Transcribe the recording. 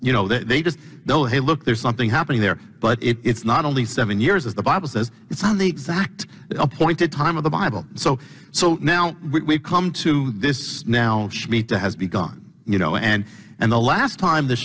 you know they just go hey look there's something happening there but it's not only seven years as the bible says it's on the exact appointed time of the bible so so now we've come to this now meta has begun you know and and the last time the